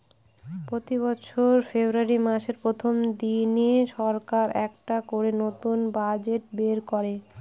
প্রতি বছর ফেব্রুয়ারী মাসের প্রথম দিনে সরকার একটা করে নতুন বাজেট বের করে